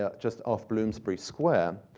ah just off bloomsbury square.